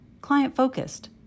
client-focused